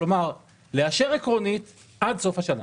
כלומר לאשר עקרונית עד סוף השנה.